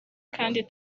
kandi